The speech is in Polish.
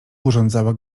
urządzała